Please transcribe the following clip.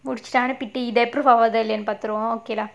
முடிச்சிட்டு அனுப்பிட்டு பார்த்துடுவோம்:mudichittu anupittu paarthuduvom okay lah